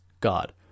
god